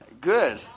good